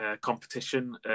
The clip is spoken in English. competition